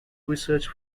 research